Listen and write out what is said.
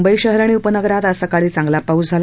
मुंबई शहर आणि उपनगरात आज सकाळी चांगला पाऊस झाला